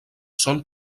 són